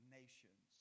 nations